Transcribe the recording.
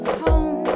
home